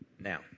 Now